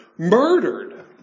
Murdered